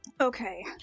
Okay